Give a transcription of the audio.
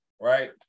right